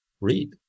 read